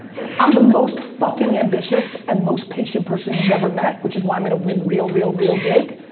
i'm the most fucking ambitious, and most patient person you've ever met. which is why i'm gonna win real, real, real big.